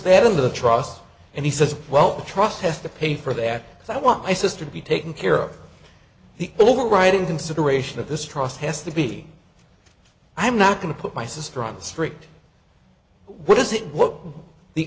that into the trust and he says well the trust has to pay for that so i want my sister to be taken care of the overriding consideration of this trust has to be i'm not going to put my sister on the street what is it what the